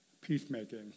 peacemaking